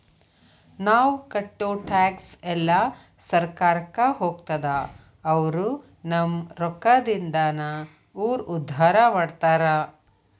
ನಾವ್ ಕಟ್ಟೋ ಟ್ಯಾಕ್ಸ್ ಎಲ್ಲಾ ಸರ್ಕಾರಕ್ಕ ಹೋಗ್ತದ ಅವ್ರು ನಮ್ ರೊಕ್ಕದಿಂದಾನ ಊರ್ ಉದ್ದಾರ ಮಾಡ್ತಾರಾ